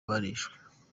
barishwe